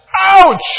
ouch